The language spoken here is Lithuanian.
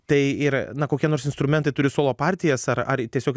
tai ir na kokie nors instrumentai turi solo partijas ar ar tiesiog